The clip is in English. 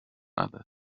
other